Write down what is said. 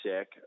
sick